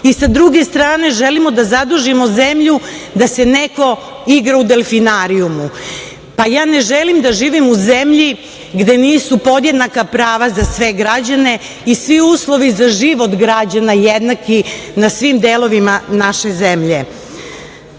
S druge strane, želimo da zadužimo zemlju da se neko igra u delfinarijumu. Ja ne želim da živim u zemlji gde nisu podjednaka prava za sve građane i svi uslovi za život građana jednaki na svim delovima naše zemlje. Nemam